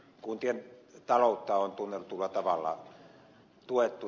kuntien taloutta on tunnetulla tavalla tuettu